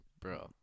Bro